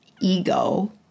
ego